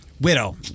widow